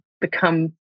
become